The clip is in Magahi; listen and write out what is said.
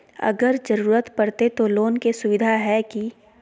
अगर जरूरत परते तो लोन के सुविधा है की?